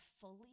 fully